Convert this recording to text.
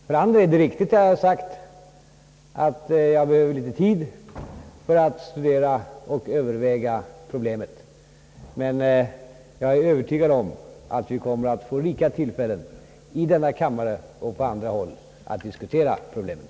Det är för all del riktigt att jag sagt att jag behöver tid för att studera och överväga problemet, men jag är övertygad om att vi kommer att få rika tillfällen, i denna kammare och på andra håll, att diskutera problemet.